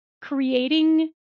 creating